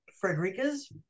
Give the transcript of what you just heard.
Frederica's